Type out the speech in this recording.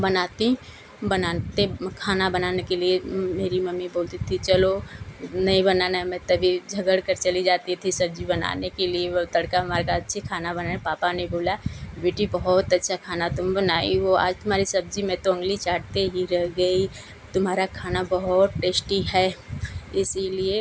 बनाती बनाते खाना बनाने के लिए मेरी मम्मी बोलती थी चलो नही बनाना है मैं तभी झगड़कर चली जाती थी सब्जी बनाने के लिए वा तड़का मारकर अच्छी खाना बनाई पापा ने बोला बेटी बहुत अच्छा खाना तुम बनाई हो आज तुम्हारी सब्जी मैं तो उँगली चाटते ही रह गई तुम्हारा खाना बहुत टेश्टी है इसलिए